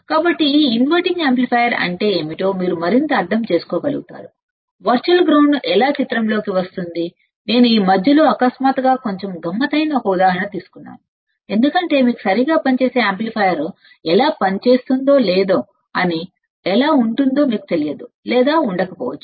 కాబట్టి ఈ inverting amplifier అంటే ఏమిటో మీరు మరింత అర్థం చేసుకోగలుగుతారు వర్చువల్ గ్రౌండ్ ఎలా చిత్రంలోకి వస్తుంది నేను ఈ మధ్యలో అకస్మాత్తుగా కొంచెం గమ్మత్తైన ఒక ఉదాహరణ తీసుకున్నాను ఎందుకంటే మీకు సరిగ్గా పనిచేసే యాంప్లిఫైయర్ ఎలా పనిచేస్తుందో లేదా ఎలా ఉంటుందో మీకు తెలియదు లేదా ఉండకపోవచ్చు